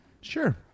Sure